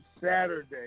Saturday